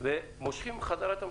-- ומושכות חזרה את המטוסים.